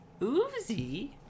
Uzi